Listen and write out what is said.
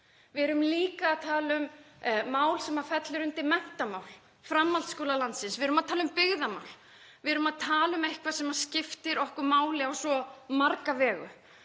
Við erum líka að tala um mál sem fellur undir menntamál, framhaldsskóla landsins. Við erum að tala um byggðamál, við erum að tala um eitthvað sem skiptir okkur máli á svo marga vegu